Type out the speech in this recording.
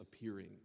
appearing